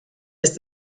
ist